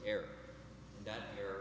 air down here